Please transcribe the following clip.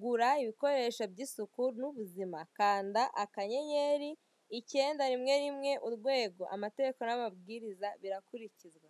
Gura ibikoresho by'isuku n'ubuzima. Kanda akanyenyenyeri, icyenda, rimwe, rimwe, urwego. Amategeko n'amabwiriza birakurikizwa.